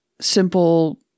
Simple